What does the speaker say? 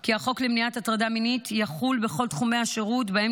כי החוק למניעת הטרדה מינית יחול בכל תחומי השירות שבהם